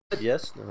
Yes